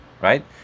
right